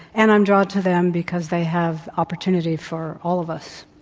and i'm drawn to them because they have opportunity for all of us.